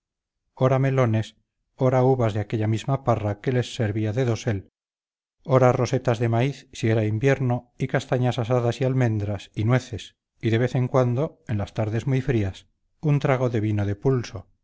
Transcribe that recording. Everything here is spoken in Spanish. ora melones ora uvas de aquella misma parra que les servía de dosel ora rosetas de maíz si era invierno y castañas asadas y almendras y nueces y de vez en cuando en las tardes muy frías un trago de vino de pulso